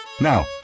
Now